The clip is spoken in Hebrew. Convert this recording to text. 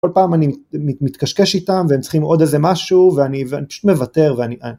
כל פעם אני מתקשקש איתם והם צריכים עוד איזה משהו ואני פשוט מוותר ואני...